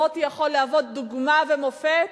מוטי יכול להוות דוגמה ומופת